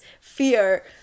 fear